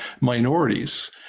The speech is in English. minorities